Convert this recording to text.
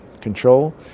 Control